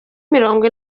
mirongo